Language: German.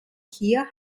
hier